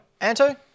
Anto